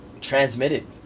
transmitted